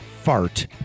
fart